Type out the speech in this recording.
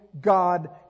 God